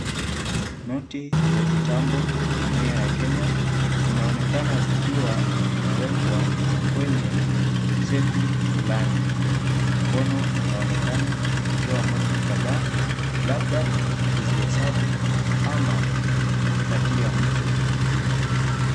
Noti za kitambo za jumuia ya Kenya, zinaonekana zikiwa zimeekwa kwenye sefu fulani. Mkono unaonekana ukitoa noti kadhaa, labda kuzihesabu ama kupatia mtu mwingine.